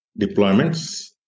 deployments